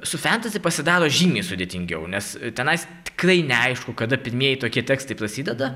su fantasy pasidaro žymiai sudėtingiau nes tenais tikrai neaišku kada pirmieji tokie tekstai prasideda